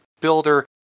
builder